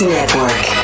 Network